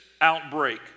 outbreak